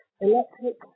Electric